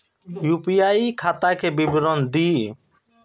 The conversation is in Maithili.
यू.पी.आई खाता के विवरण दिअ?